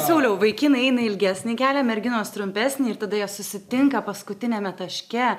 siūliau vaikinai eina ilgesnį kelią merginos trumpesnė ir tada jie susitinka paskutiniame taške